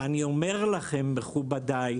ואני אומר לכם מכובדי,